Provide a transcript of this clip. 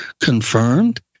confirmed